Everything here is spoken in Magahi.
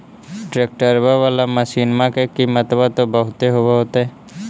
ट्रैक्टरबा बाला मसिन्मा के तो किमत्बा बहुते होब होतै?